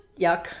yuck